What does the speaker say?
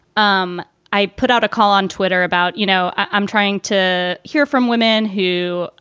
um i put out a call on twitter about, you know, i'm trying to hear from women who,